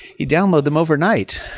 you download them overnight.